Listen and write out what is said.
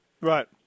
Right